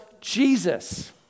Jesus